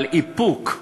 אבל איפוק.